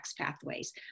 pathways